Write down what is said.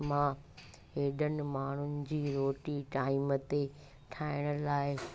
मां हेॾनि माण्हुनि जी रोटी टाइम ते ठाहिण लाइ